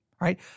right